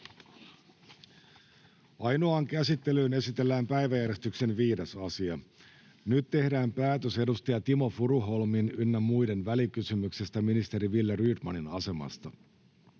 Ainoaan käsittelyyn esitellään päiväjärjestyksen 5. asia. Nyt tehdään päätös edustaja Timo Furuholmin ynnä muiden välikysymyksestä ministeri Wille Rydmanin asemasta.